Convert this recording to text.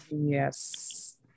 Yes